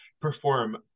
perform